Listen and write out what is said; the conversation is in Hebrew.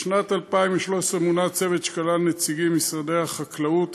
בשנת 2013 מונה צוות שכלל נציגים ממשרדי החקלאות והבריאות,